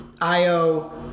Io